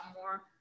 more